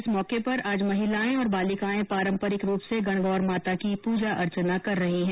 इस मौके पर आज महिलाएं और बालिकाएं पारम्परिक रूप से गणगौर माता की पूजा अर्चना कर रही हैं